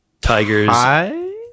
Tigers